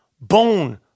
Bone